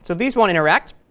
so these won't interact